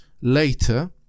later